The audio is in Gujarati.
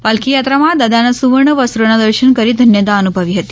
પાલખીયાત્રામાં દાદાના સુવર્ણ વસ્ત્રોના દર્શન કરી ધન્યતા અનુભવી હતી